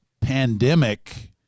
pandemic